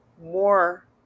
more